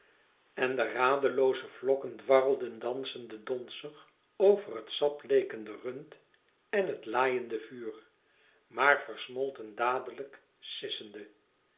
en de radelooze vlokken dwarrelden dansende donzig over het sap leekende rund en het laaiende vuur maar versmolten dadelijk sissende